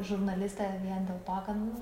žurnaliste vien dėl to kad nu